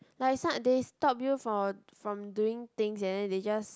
like some they stop you for from doing things and then they just